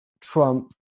Trump